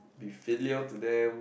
be filial to them